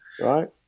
right